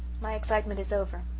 my excitement is over.